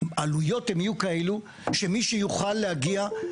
שהעלויות הן יהיו כאלו שמי שיוכל להגיע אלו